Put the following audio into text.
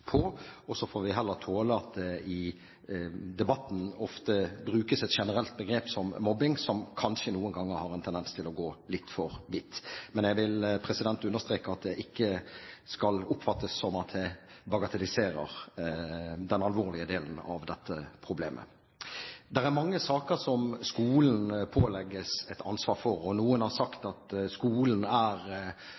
i fokus. Så må vi heller tåle at det i debatten om mobbing ofte brukes et generelt begrep som noen ganger har en tendens til å være litt for vidt. Men jeg vil understreke at det ikke skal oppfattes som jeg bagatelliserer den alvorlige delen av dette problemet. Det er mange saker der skolen pålegges et ansvar. Noen har sagt